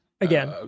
again